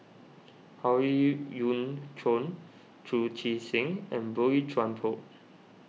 Howe Yoon Chong Chu Chee Seng and Boey Chuan Poh